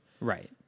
Right